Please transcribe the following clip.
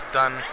done